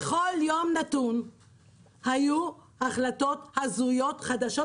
בכל יום נתון היו החלטות הזויות חדשות,